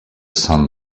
son